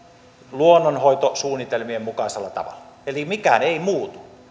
luonnonhoitosuunnitelmien mukaisella tavalla eli mikään ei muutu